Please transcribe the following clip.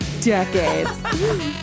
decades